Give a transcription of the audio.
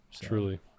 Truly